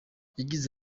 yagize